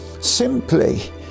simply